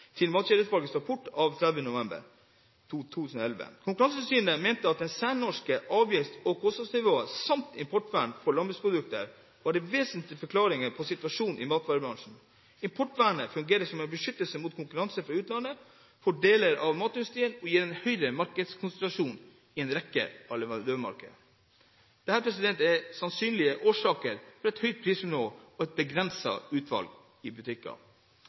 til Matkjedeutvalgets rapport av 30. november 2011. Konkurransetilsynet mente at det særnorske avgifts- og kostnadsnivået samt importvern for landbruksprodukter var de vesentlige forklaringer på situasjonen i matvarebransjen. Importvernet fungerer som en beskyttelse mot konkurranse fra utlandet for deler av matindustrien, og det gir høy markedskonsentrasjon i en rekke leverandørmarkeder. Dette er sannsynlige årsaker til et høyt prisnivå og et begrenset utvalg i